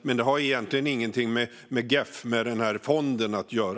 Men det har egentligen ingenting med miljöfonden GEF att göra.